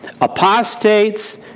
apostates